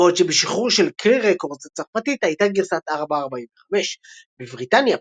בעוד שבשחרור של קריר רקורדס הצרפתית הייתה גרסת 445. בבריטניה,